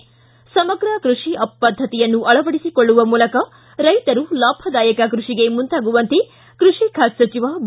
ಿ ಸಮಗ್ರ ಕೃಷಿ ಪದ್ಧತಿಯನ್ನು ಅಳವಡಿಸಿಕೊಳ್ಳುವ ಮೂಲಕ ರೈತರು ಲಾಭದಾಯಕ ಕೃಷಿಗೆ ಮುಂದಾಗುವಂತೆ ಕೃಷಿ ಖಾತೆ ಸಚಿವ ಬಿ